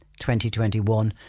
2021